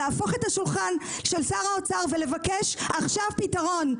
להפוך את השולחן של שר האוצר ולבקש עכשיו פתרון.